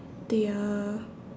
they are